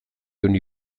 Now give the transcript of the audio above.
honi